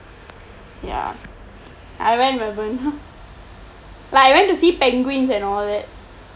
I went melbourne like I went to see penguins and all that